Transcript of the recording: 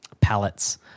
palettes